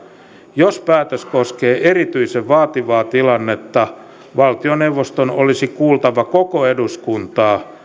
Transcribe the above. jos päätös koskee erityisen vaativaa tilannetta valtioneuvoston olisi kuultava koko eduskuntaa